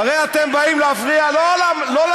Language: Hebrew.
הרי אתם באים להפריע לא לממשלה.